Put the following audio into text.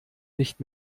nicht